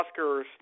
Oscars